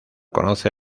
conoce